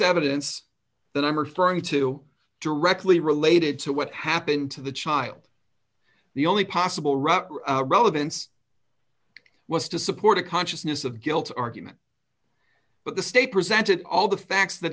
evidence that i'm referring to directly related to what happened to the child the only possible rush relevance was to support a consciousness of guilt argument but the state presented all the facts that